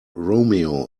romeo